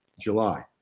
July